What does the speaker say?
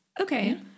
Okay